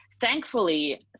Thankfully